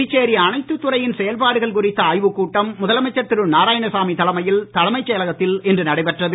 புதுச்சேரி அனைத்துத் துறையின் செயல்பாடுகள் குறித்த ஆய்வுக்கூட்டம் முதலமைச்சர் திரு நாராயணசாமி தலைமையில் தலைமைச் செயலகத்தில் இன்று நடைபெற்றது